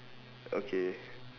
okay